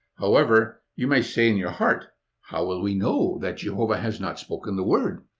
however, you may say in your heart how will we know that jehovah has not spoken the word?